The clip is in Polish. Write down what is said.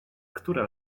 która